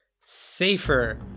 safer